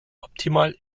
optimal